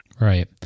Right